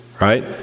right